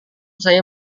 saya